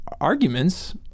arguments